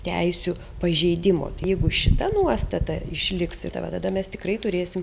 teisių pažeidimo tai jeigu šita nuostata išliks ir tada mes tikrai turėsim